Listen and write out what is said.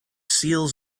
seals